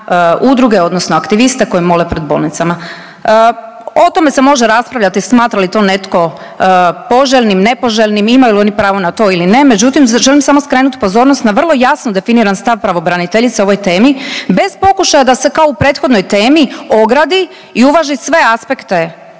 udruge, odnosno aktiviste koji mole pred bolnicama. O tome se može raspravljati smatra li to netko poželjnim, nepoželjnim, imaju li oni pravo na to ili ne. Međutim, želim samo skrenuti pozornost na vrlo jasno definiran stav pravobraniteljice o ovoj temi bez pokušaja da se kao u prethodnoj temi ogradi u uvaži sve aspekte